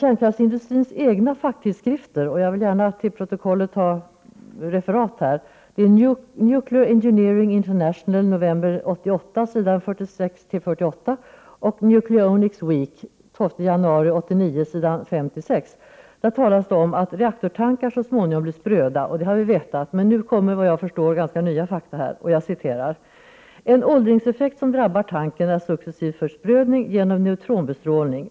Jag vill citera ett svenskt referat från kärnkraftsindustrins egna facktidskrifter, Nuclear Engineering Internat'l, november 1988, s. 46-48 och Nucleonics Week, den 12 januari 1989, s. 5-6. I dessa tidskrifter talas det om att reaktortankar så småningom blir spröda, vilket vi visste. Men även ganska nya fakta tillkännages i tidskrifterna. Jag citerar från det svenska referatet: ”En åldringseffekt som drabbar tanken, är successiv försprödning genom neutronbestrålning.